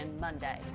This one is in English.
Monday